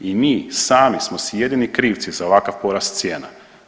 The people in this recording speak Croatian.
I mi sami smo si jedini krivci za ovakav porast cijena.